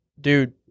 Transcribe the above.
dude